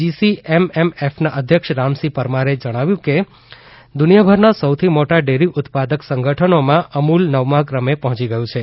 જીસીએમએમએફના અધ્યક્ષ રામસિંહ પરમારે જણાવ્યું કે દુનિયાભરના સૌથી મોટા ડેરી ઉત્પાદક સંગઠનોમાં અમુલ નવમાં ક્રમે પહોંચી ગયું છે